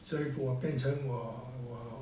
所以我变成我我